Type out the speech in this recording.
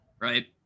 Right